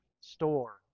store